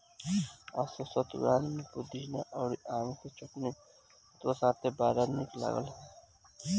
असो सतुआन में पुदीना अउरी आम के चटनी सतुआ साथे बड़ा निक लागल